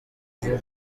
vuba